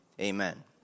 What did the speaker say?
Amen